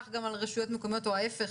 כך גם לגבי רשויות מקומיות או ההיפך.